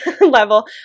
level